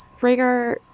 Rhaegar